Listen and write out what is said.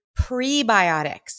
prebiotics